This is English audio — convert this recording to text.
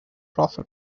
prophet